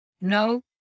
No